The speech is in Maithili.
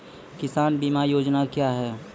किसान बीमा योजना क्या हैं?